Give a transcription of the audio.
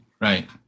Right